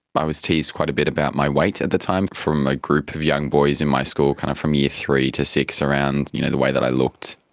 i was teased quite a bit about my weight at the time from a group of young boys in my school, kind of from year three to six, around you know the way that i looked.